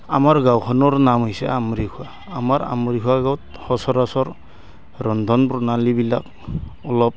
আমাৰ গাঁওখনৰ নাম হৈছে আমৰি খোৱা আমাৰ আমৰি খোৱা গাঁৱত সচৰাচৰ ৰন্ধন প্ৰণালীবিলাক অলপ